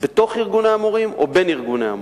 בתוך ארגוני המורים או בין ארגוני המורים.